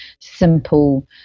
simple